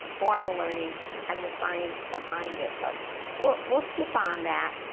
formal learning and the science behind it? but we'll we'll skip on that,